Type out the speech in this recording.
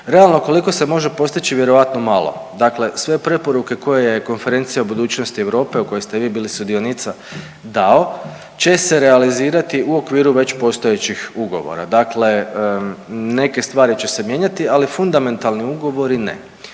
Realno, koliko se može postići? Vjerovatno malo. Dakle sve preporuke koje je Konferencija o budućnosti Europe, u kojoj ste vi bili sudionica dao, će se realizirati okviru već postojećih ugovora. Dakle, neke stvari će se mijenjati, ali fundamentalni ugovori ne.